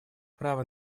право